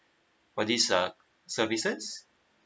were this uh services